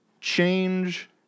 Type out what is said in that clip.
change